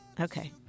Okay